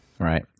Right